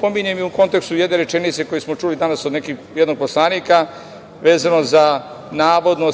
pominjem i u kontekstu jedne rečenice koju smo čuli danas od jednog poslanika, a vezano za navodno